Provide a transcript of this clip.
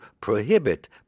prohibit